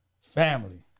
Family